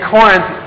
Corinth